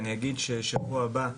אני אגיד שבשבוע הבא,